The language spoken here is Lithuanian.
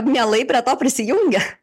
mielai prie to prisijungia